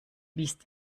liest